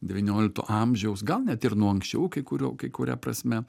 devyniolikto amžiaus gal net ir nuo anksčiau kai kurių kai kuria prasme